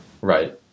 Right